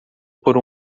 por